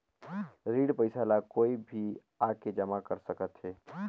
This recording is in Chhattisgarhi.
ऋण पईसा ला कोई भी आके जमा कर सकथे?